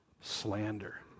slander